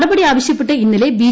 നടപടി ആവശ്യപ്പെട്ട് ഇന്നലെ ബി